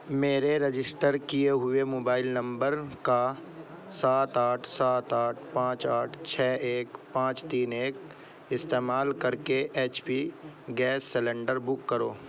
میرے رجسٹر کیے ہوئے موبائل نمبر کا سات آٹھ سات آٹھ پانچ آٹھ چھ ایک پانچ تین ایک استعمال کر کے H P gas cylinder book کرو